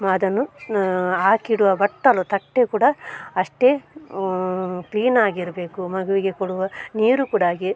ಅದನ್ನು ಹಾಕಿಡುವ ಬಟ್ಟಲು ತಟ್ಟೆ ಕೂಡ ಅಷ್ಟೇ ಕ್ಲೀನಾಗಿರಬೇಕು ಮಗುವಿಗೆ ಕೊಡುವ ನೀರು ಕೂಡ ಹಾಗೆ